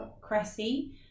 Cressy